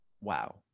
wow